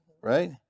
Right